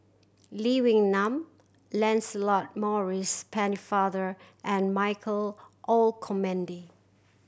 Lee Wee Nam Lancelot Maurice Pennefather and Michael Olcomendy